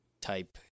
type